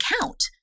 count